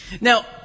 Now